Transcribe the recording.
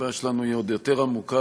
הבעיה שלנו היא עוד יותר עמוקה,